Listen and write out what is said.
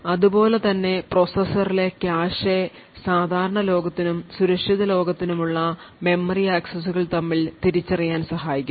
അതുപോലെ തന്നെ പ്രോസസ്സറിലെ കാഷെ സാധാരണ ലോകത്തിനും സുരക്ഷിത ലോകത്തിനുമുള്ള മെമ്മറി ആക്സസ്സുകൾ തമ്മിൽ വേർതിരിച്ചറിയാൻ സഹായിക്കുന്നു